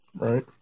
Right